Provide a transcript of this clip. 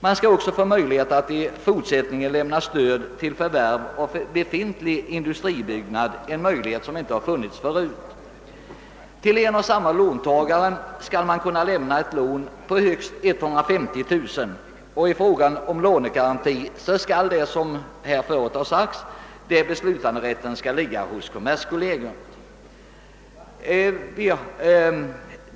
Man skall också få möjvighet att i fortsättningen lämna stöd till förvärv av befintlig industribyggnad, en möjlighet som inte har funnits tidigare. Till en och samma låntagare skall man kunna lämna ett lån på högst 150 000 kronor, och i fråga om lånegaranti skall — såsom förut har sagts — beslutanderätten ligga hos kommerskollegium.